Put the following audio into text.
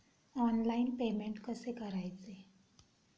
Online payment कसे करायचे?